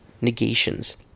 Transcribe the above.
Negations